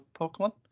Pokemon